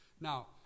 Now